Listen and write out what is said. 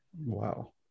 Wow